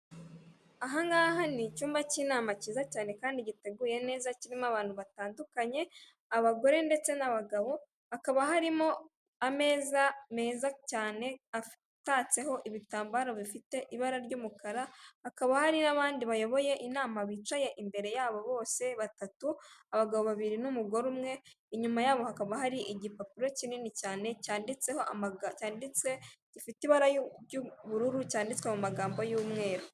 Aha ngaha ni icyumba cy'inama cyiza cyane kandi giteguye neza kirimo abantu batandukanye, abagore ndetse n'abagabo hakaba harimo ameza meza cyane atatseho ibitambaro bifite ibara ry'umukara hakaba hari n'abandi bayoboye inama bicaye imbere yabo bose batatu abagabo babiri n'umugore umwe, inyuma yabo hakaba hari igipapuro kinini cyane cyanditseho gifite ibara ry'ubururu cyanditswe mu magambo y'umweru.